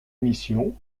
émission